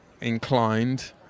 inclined